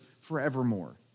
forevermore